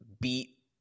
beat